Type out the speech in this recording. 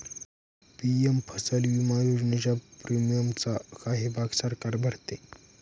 PM फसल विमा योजनेच्या प्रीमियमचा काही भाग सरकार भरते